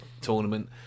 tournament